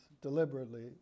deliberately